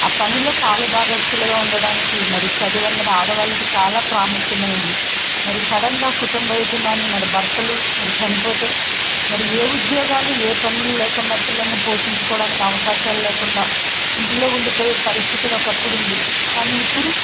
ఆ పనిలో పాలు భాగస్తులుగా ఉండడానికి మరి చదువు అన్నది ఆడవాళ్ళకి చాలా ప్రాముఖ్యమైంది మరి సడన్గా కుటుంబ యజమాని మరి భర్తలు మరి చనిపోతే మరి ఏ ఉద్యోగాలు ఏ పనులు లేకుండా పిల్లల్ని పోషించుకోవడానికి అవకాశాలు లేకుండా ఇంటిలో ఉండిపోయే పరిస్థితులు ఒకప్పుడు ఉండేవి కానీ ఇప్పుడు